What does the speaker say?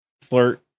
flirt